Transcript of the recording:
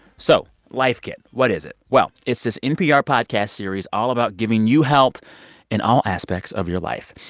so life kit what is it? well, it's this npr podcast series all about giving you help in all aspects of your life.